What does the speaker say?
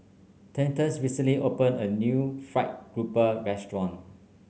Thaddeus recently opened a new Fried Garoupa restaurant